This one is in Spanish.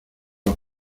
los